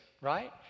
right